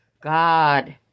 God